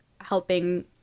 helping